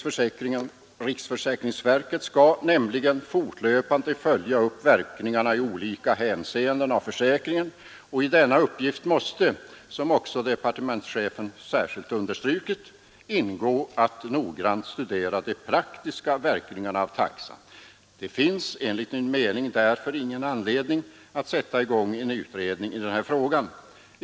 Riksförsäkringsverket skall nämligen fortlöpande följa upp verkningarna i olika hänseenden av försäkringen, och i denna uppgift måste — som också departementschefen särskilt understrukit — ingå att noggrant studera de praktiska verkningarna av taxan. Det finns enligt min mening därför ingen anledning att sätta i gång en utredning i den här frågan.